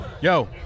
Yo